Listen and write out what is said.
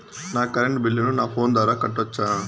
నా కరెంటు బిల్లును నా ఫోను ద్వారా కట్టొచ్చా?